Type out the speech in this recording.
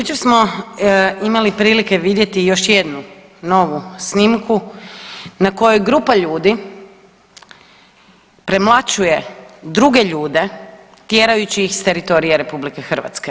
Jučer smo imali prilike vidjeti još jednu novu snimku na kojoj grupa ljudi premlaćuje druge ljude tjerajući ih s teritorija RH.